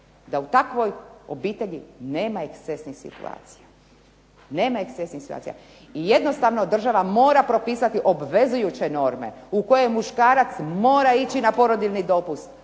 da u takvoj obitelji nema ekscesnih situacija. I jednostavno država mora propisati obvezujuće norme u koje muškarac mora ići na porodiljni dopust,